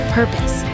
purpose